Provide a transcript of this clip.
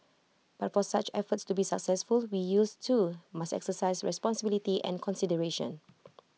but for such efforts to be successful we youths too must exercise responsibility and consideration